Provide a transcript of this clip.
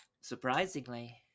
surprisingly